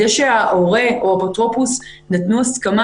זה שההורה או האפוטרופוס נתנו הסכמה